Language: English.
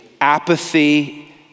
apathy